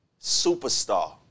superstar